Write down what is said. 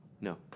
No